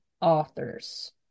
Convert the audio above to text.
authors